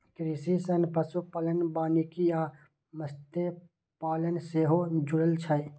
कृषि सं पशुपालन, वानिकी आ मत्स्यपालन सेहो जुड़ल छै